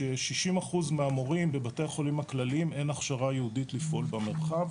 60% מהמורים בבתי החולים הכלליים אין הכשרה ייעודית לפעול במרחב